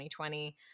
2020